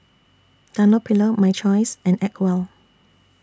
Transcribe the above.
Dunlopillo My Choice and Acwell